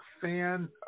fan